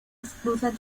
esclusas